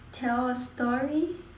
tell a story